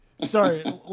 Sorry